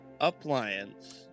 appliance